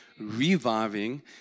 reviving